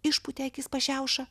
išpūtė akis pašiauša